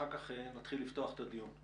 לאחר מכן נפתח את הדיון.